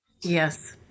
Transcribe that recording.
Yes